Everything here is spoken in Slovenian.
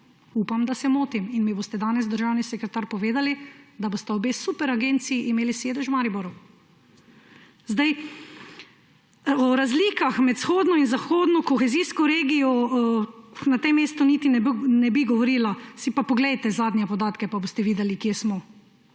Upam, da se motim, in mi boste danes, državni sekretar, povedali, da bosta obe superagenciji imeli sedež v Mariboru. O razlikah med vzhodno in zahodno kohezijsko regijo na tem mestu niti ne bi govorila, si pa poglejte zadnje podatke, pa boste videli, kje smo.